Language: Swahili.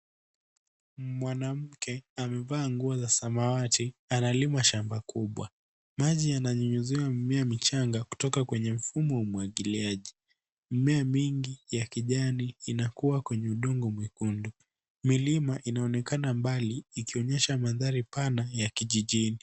Mwanamke amevaa nguo ya samawati, analima shmba kubwa. maji yananyunyuzia mimea michanga kutoka kwenye mfumo wa umwagiliaji. Mimea mingi ya kijani inakua kwenye udongo mwekundu. Milima inaonekana mbali ikionyesha mandhari panda ya kijijini.